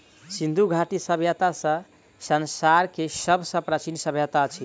सिंधु घाटी सभय्ता ई संसार के सब सॅ प्राचीन सभय्ता अछि